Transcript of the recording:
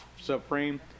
subframe